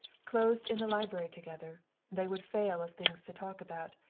closed in the library together, they would fail of things to talk about,